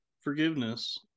forgiveness